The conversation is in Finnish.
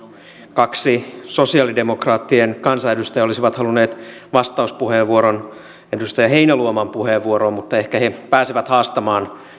kaksi sosiaalidemokraattien kansanedustajaa olisi halunnut vastauspuheenvuoron edustaja heinäluoman puheenvuoroon mutta ehkä he pääsevät haastamaan